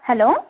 hello